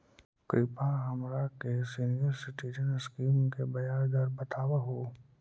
कृपा हमरा के सीनियर सिटीजन स्कीम के ब्याज दर बतावहुं